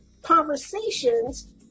conversations